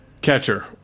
Catcher